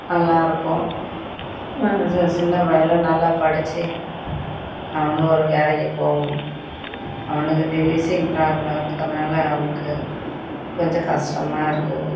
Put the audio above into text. நல்லா இருக்கும் அடுத்தது சின்ன பையலும் நல்லா படித்து அவனும் ஒரு வேலைக்கு போகணும் அவனுக்கு இந்த வீசிங் ப்ராப்ளம் இருக்கிறனால அவனுக்கு கொஞ்சம் கஷ்டமா இருக்குது